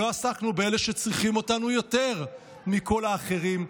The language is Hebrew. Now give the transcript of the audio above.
לא עסקנו באלה שצריכים אותנו יותר מכל האחרים,